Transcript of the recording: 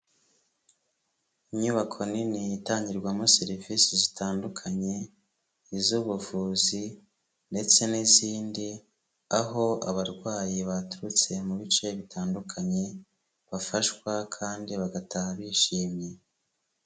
Inyubako nini itangirwamo serivisi zitandukanye, iz'ubuvuzi ndetse n'izindi, aho abarwayi baturutse mu bice bitandukanye, bafashwa kandi bagataha bishimye.